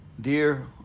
Dear